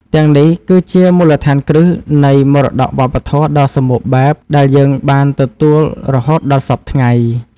ទាំងនេះគឺជាមូលដ្ឋានគ្រឹះនៃមរតកវប្បធម៌ដ៏សម្បូរបែបដែលយើងបានទទួលរហូតដល់សព្វថ្ងៃ។